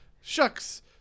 shucks